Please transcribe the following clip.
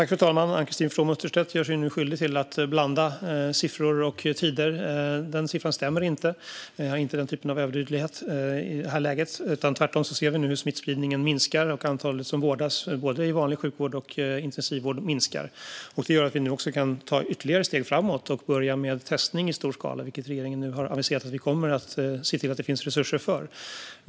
Fru talman! Ann-Christine From Utterstedt gör sig nu skyldig till att blanda siffror och tider. Den siffran stämmer inte. Vi har inte den typen av överdödlighet i det här läget. Tvärtom ser vi nu att smittspridningen minskar och att antalet som vårdas i vanlig sjukvård och intensivvård minskar. Det gör att vi nu kan ta ytterligare steg framåt och börja med testning i stor skala, vilket regeringen nu har aviserat att vi kommer att se till att det finns resurser för.